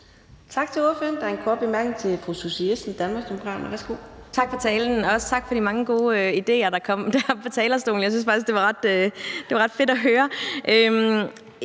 Tak til ordføreren. Der er en kort bemærkning til fru Susie Jessen, Danmarksdemokraterne. Værsgo. Kl. 15:14 Susie Jessen (DD): Tak for talen, og også tak for de mange gode idéer, der kom fra talerstolen. Jeg synes faktisk, det var ret fedt at høre.